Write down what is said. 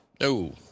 No